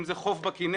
אם זה חוף בכינרת,